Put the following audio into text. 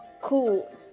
cool